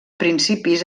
principis